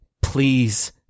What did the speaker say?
Please